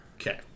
okay